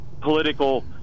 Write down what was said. political